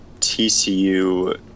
TCU